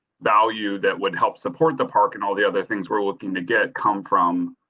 value that would help support the park and all the other things we're looking to get come from.